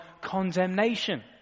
condemnation